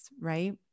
right